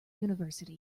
university